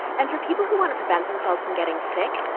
and for people who want to prevent themselves from getting sick,